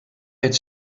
het